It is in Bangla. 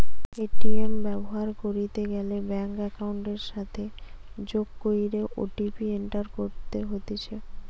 এ.টি.এম ব্যবহার কইরিতে গ্যালে ব্যাঙ্ক একাউন্টের সাথে যোগ কইরে ও.টি.পি এন্টার করতে হতিছে